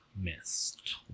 missed